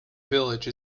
village